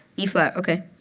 e flat, ok.